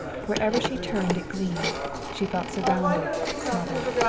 wherever she turned it gleamed. she felt surrounded, smothered.